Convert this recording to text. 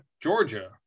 Georgia